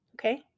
Okay